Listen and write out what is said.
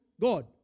God